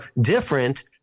different